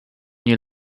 nie